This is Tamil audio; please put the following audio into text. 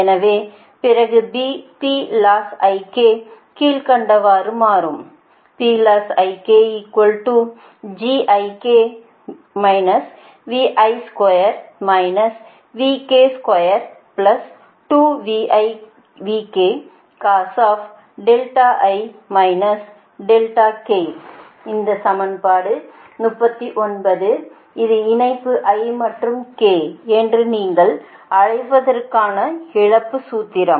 எனவே பிறகு கீழ்கண்டவாறு மாறும் இது சமன்பாடு 39 இது இணைப்பு i மற்றும் k என்று நீங்கள் அழைப்பதற்கான இழப்பு சூத்திரம்